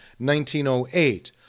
1908